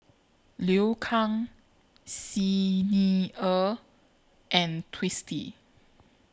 Liu Kang Xi Ni Er and Twisstii